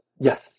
yes